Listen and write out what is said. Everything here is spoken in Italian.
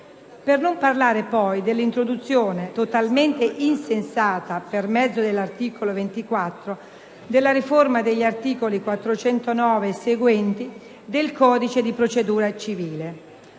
per non parlare poi dell'introduzione, totalmente insensata, per mezzo dell'articolo 24, della riforma degli articoli 409 e seguenti del codice di procedura civile.